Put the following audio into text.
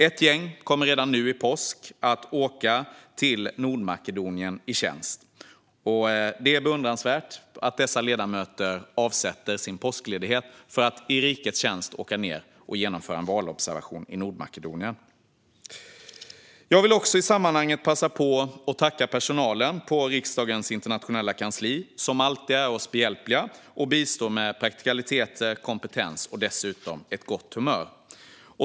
Ett gäng kommer redan nu i påsk att åka till Nordmakedonien i tjänst. Det är beundransvärt att dessa ledamöter avsätter sin påskledighet för att i rikets tjänst åka ned och genomföra en valobservation i Nordmakedonien. Jag vill också i sammanhanget passa på att tacka personalen på riksdagens internationella kansli, som alltid är oss behjälplig och bistår med praktikaliteter, kompetens och dessutom ett gott humör.